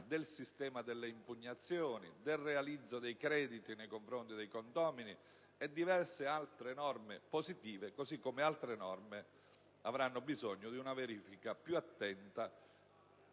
del sistema delle impugnazioni, del realizzo dei crediti nei confronti dei condomini, e diverse altre norme positive che, così come altre norme, avranno bisogno di una verifica più attenta